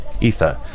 ether